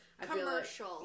Commercial